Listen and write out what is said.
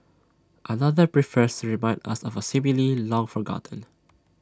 another prefers remind us of A simile long forgotten